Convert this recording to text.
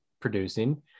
producing